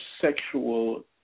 sexual